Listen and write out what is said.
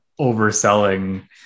overselling